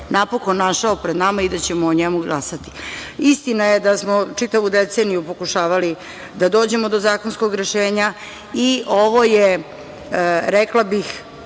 napokon našao pred nama i da ćemo o njemu glasati. Istina je da smo čitavu deceniju pokušavali da dođemo do zakonskog rešenja i ovo je, rekla bih,